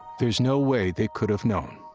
there's no way they could have known.